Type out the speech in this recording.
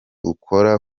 ukora